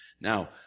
Now